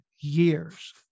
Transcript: years